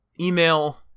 email